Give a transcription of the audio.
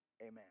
amen